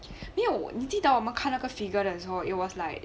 没有你记得我们看那个 figure 的时候 it was like